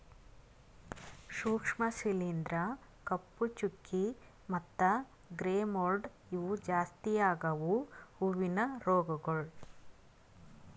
ಸೂಕ್ಷ್ಮ ಶಿಲೀಂಧ್ರ, ಕಪ್ಪು ಚುಕ್ಕಿ ಮತ್ತ ಗ್ರೇ ಮೋಲ್ಡ್ ಇವು ಜಾಸ್ತಿ ಆಗವು ಹೂವಿನ ರೋಗಗೊಳ್